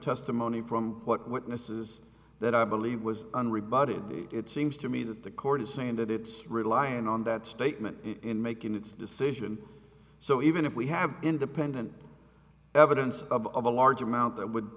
testimony from what witnesses that i believe was unrebutted it seems to me that the court is saying that it's relying on that statement in making its decision so even if we have independent evidence of a large amount that would